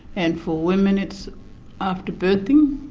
and for women it's after birthing,